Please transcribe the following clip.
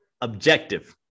objective